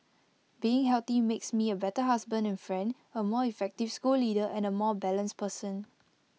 being healthy makes me A better husband and friend A more effective school leader and A more balanced person